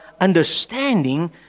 understanding